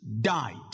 died